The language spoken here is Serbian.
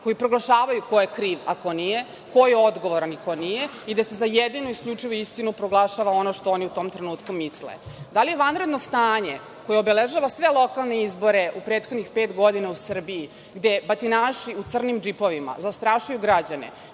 koji proglašavaju ko je kriv, a ko nije, ko je odgovora, a ko nije i da se za jedinu isključivu istinu proglašava ono što oni u tom trenutku misle. Da li je vanredno stanje koje obeležava sve lokalne izbore u prethodnih pet godina u Srbiji gde batinaši u crnim džipovima, zastrašuju građane,